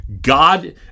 God